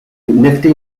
nifty